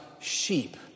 sheep